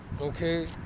Okay